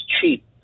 cheap